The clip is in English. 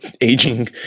aging